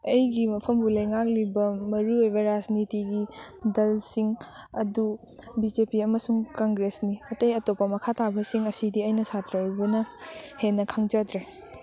ꯑꯩ ꯃꯐꯝꯕꯨ ꯂꯩꯉꯥꯛꯂꯤꯕ ꯃꯔꯨꯑꯣꯏꯕ ꯔꯥꯖꯅꯤꯇꯤꯒꯤ ꯗꯜꯁꯤꯡ ꯑꯗꯨ ꯕꯤ ꯖꯦ ꯄꯤ ꯑꯃꯁꯨꯡ ꯀꯪꯒ꯭ꯔꯦꯁꯅꯤ ꯑꯇꯩ ꯑꯇꯣꯞꯄ ꯃꯈꯥ ꯇꯥꯕꯁꯤꯡ ꯑꯁꯤꯗꯤ ꯑꯩꯅ ꯁꯥꯇ꯭ꯔ ꯑꯣꯏꯕꯅ ꯍꯦꯟꯅ ꯈꯪꯖꯗ꯭ꯔꯦ